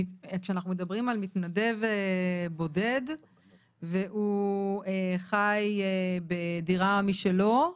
כשאנחנו מדברים על מתנדב בודד והוא חי בדירה משלו,